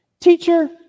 Teacher